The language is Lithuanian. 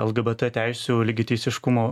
lgbt teisių lygiateisiškumo